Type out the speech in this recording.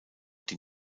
die